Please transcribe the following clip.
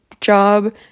job